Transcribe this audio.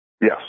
Yes